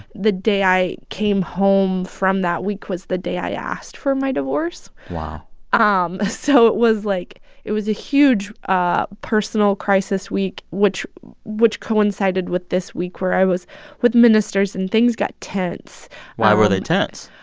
the day i came home from that week was the day i asked for my divorce wow um so it was, like it was a huge ah personal crisis week, which which coincided with this week where i was with ministers. and things got tense why were they tense?